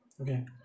okay